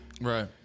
right